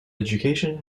education